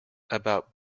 about